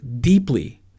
deeply